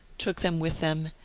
took them with them,